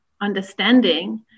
understanding